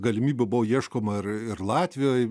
galimybių buvo ieškoma ir ir latvijoje